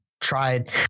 tried